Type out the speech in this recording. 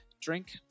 drink